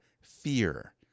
fear